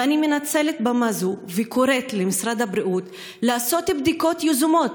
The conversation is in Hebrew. ואני מנצלת במה זו וקוראת למשרד הבריאות לעשות בדיקות יזומות